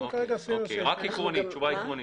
רק תשובה עקרונית?